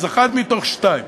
אז אחת מתוך שתיים: